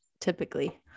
Typically